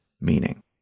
meaning